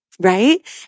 right